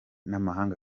n’amahanga